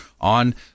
on